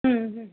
हूं हूं